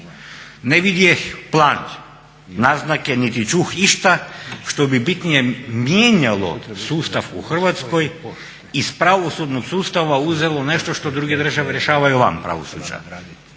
Ne vidjeh plan naznake niti čuh išta što bi bitnije mijenjalo sustav u Hrvatskoj iz pravosudnog sustava uzelo nešto druge države rješavaju van pravosuđa,